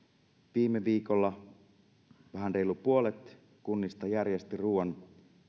viime viikolla vähän reilu puolet kunnista järjesti ruuan